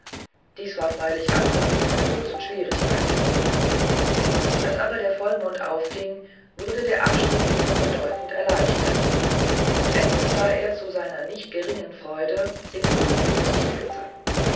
dies war freilich anfangs mit großen schwierigkeiten verbunden als aber der vollmond aufging wurde der abstieg ihm bedeutend erleichtert und endlich sah er zu seiner nicht geringen freude den see vor sich glitzern